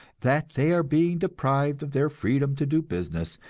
that they are being deprived of their freedom to do business,